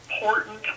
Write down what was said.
important